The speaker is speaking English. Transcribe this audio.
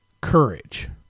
courage